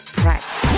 practice